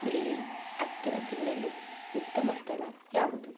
ಇಲ್ಲಿ ಹತ್ತಿರ ತಿನ್ನಲು ಉತ್ತಮ ಸ್ಥಳ ಯಾವುದು